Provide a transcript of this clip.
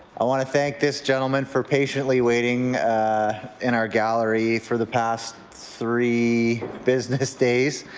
i want to thank this gentleman for patiently waiting in our gallery for the past three business days.